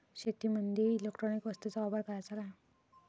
शेतीमंदी इलेक्ट्रॉनिक वस्तूचा वापर कराचा का?